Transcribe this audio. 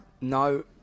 No